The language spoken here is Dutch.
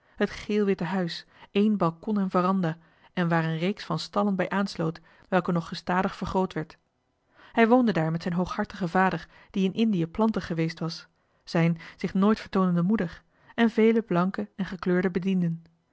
het geel witte huis één balcon en veranda en waar een reeks van stallen bij aansloot welke nog gestadig vergroot werd hij woonde daar met zijn hooghartigen vader die in indië planter geweest was zijn zich nooit vertoonende moeder en vele blanke en gekleurde bedienden